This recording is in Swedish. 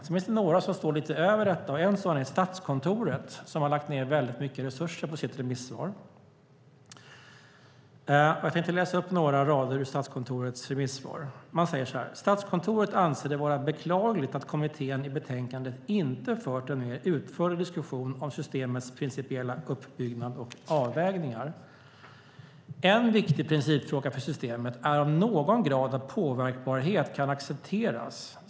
Det finns dock några instanser som står lite över det, och en sådan är Statskontoret som har lagt ned mycket resurser på sitt remissvar. Jag tänkte läsa upp några rader ur Statskontorets remissvar. "Statskontoret anser det vara beklagligt att kommittén i betänkandet inte fört en mer utförlig diskussion om systemets principiella uppbyggnad och avvägningar. En viktig principfråga för systemet är om någon grad av påverkbarhet kan accepteras.